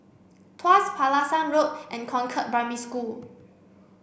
Tuas Pulasan Road and Concord Primary School